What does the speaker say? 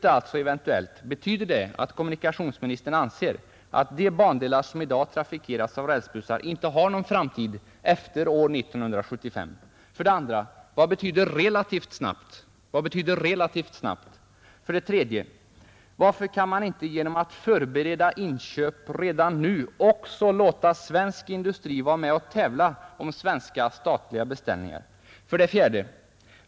Betyder ett eventuellt beslut att kommunikationsministern anser att de bandelar som i dag trafikeras av rälsbussar inte har någon framtid efter år 1975? 2. Vad betyder ”relativt snabbt”? 3. Varför kan man inte genom att förbereda inköp redan nu också låta svensk industri vara med och tävla om svenska statliga beställningar? 4.